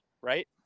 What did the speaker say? right